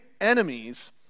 enemies